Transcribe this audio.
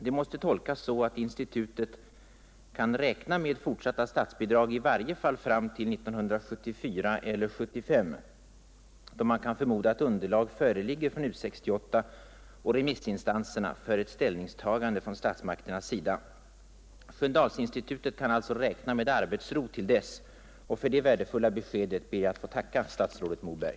Det måste tolkas så att institutet kan räkna med fortsatta statsbidrag i varje fall fram till 1974 eller 1975, då man kan förmoda att underlag föreligger från U 68 och remissinstanserna för ett ställningstagande från statsmakternas sida. Sköndalsinstitutet kan alltså räkna med arbetsro till dess, och för det värdefulla beskedet ber jag att få tacka statsrådet Moberg.